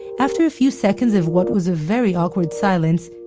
after a few seconds of what was a very awkward silence,